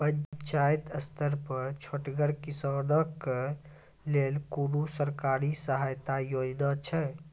पंचायत स्तर पर छोटगर किसानक लेल कुनू सरकारी सहायता योजना छै?